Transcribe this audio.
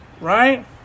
right